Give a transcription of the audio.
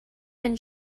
been